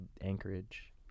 anchorage